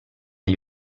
gli